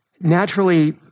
Naturally